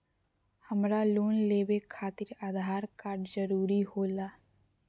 हमरा लोन लेवे खातिर आधार कार्ड जरूरी होला?